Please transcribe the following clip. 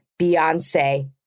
Beyonce